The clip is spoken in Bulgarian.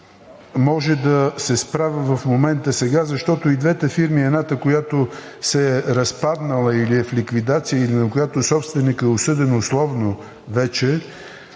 мога да се справя сега в момента, защото и двете фирми – едната, която се е разпаднала или е в ликвидация, или на която собственикът е осъден условно вече,